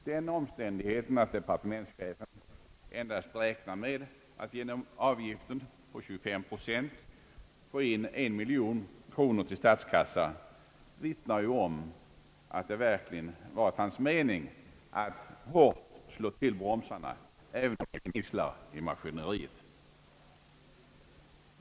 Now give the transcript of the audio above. Den omständigheten att departementschefen endast räknar med ait genom avgiften på 25 procent få in en miljon kronor till statskassan vittnar ju om att det verkligen varit hans mening att hårt slå till bromsarna, även om det gnisslar i maskineriet.